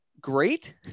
great